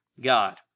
God